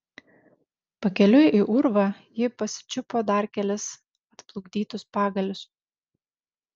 pakeliui į urvą ji pasičiupo dar kelis atplukdytus pagalius